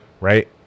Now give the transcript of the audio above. Right